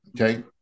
okay